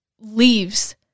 leaves